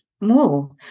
more